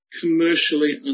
commercially